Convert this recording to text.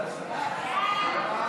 סעיף 1